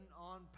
on